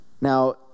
Now